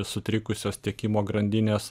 sutrikusios tiekimo grandinės